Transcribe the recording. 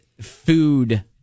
food